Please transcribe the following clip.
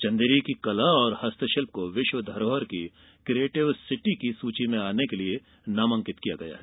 चंदेरी की कला और हस्तशिल्प को विश्व धरोहर की किएटिव सिटी की सुची में आने के लिये नामांकित किया गया है